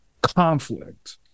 conflict